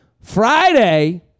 friday